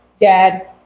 dad